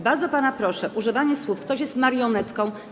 Bardzo pana proszę, używanie słów: ktoś jest marionetką.